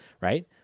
right